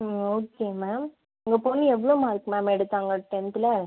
ம் okay ma'am உங்கள் பொண்ணு எவ்வளோ மார்க் மேம் எடுத்தாங்க டென்த்தில்